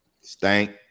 Stank